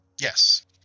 Yes